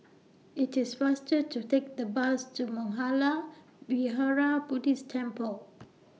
IT IS faster to Take The Bus to Mangala Vihara Buddhist Temple